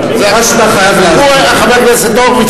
הוא תמיד אומר שהם יותר טובים,